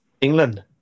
England